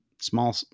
small